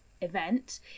event